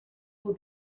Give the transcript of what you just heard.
will